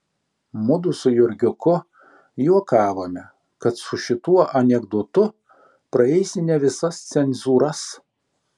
mudu su jurgiuku juokavome kad su šituo anekdotu praeisi ne visas cenzūras